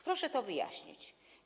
Proszę to wyjaśnić.